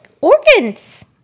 organs